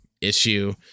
issue